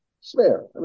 smear